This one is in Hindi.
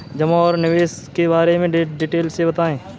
जमा और निवेश के बारे में डिटेल से बताएँ?